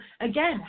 again